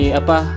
apa